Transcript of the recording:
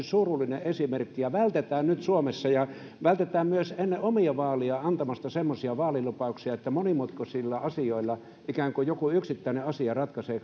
surullinen esimerkki ja vältetään tätä nyt suomessa vältetään myös ennen omia vaalejamme antamasta semmoisia vaalilupauksia että monimutkaisissa asioissa ikään kuin joku yksittäinen asia ratkaisee